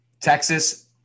Texas